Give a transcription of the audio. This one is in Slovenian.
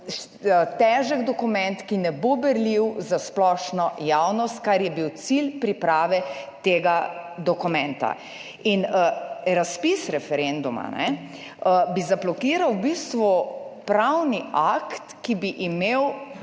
težek dokument, ki ne bo berljiv za splošno javnost, kar je bil cilj priprave tega dokumenta. Razpis referenduma bi zablokiral v bistvu pravni akt, ki bi imel